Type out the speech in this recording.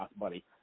buddy